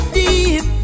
deep